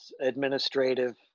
administrative